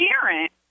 parent